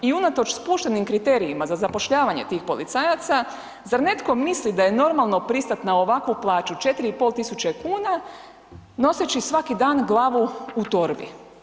I unatoč spuštenim kriterijima za zapošljavanje tih policajaca, zar netko misli da je normalno pristati na ovakvu plaču, 4500 kuna, noseći svaki dan glavu u torbi?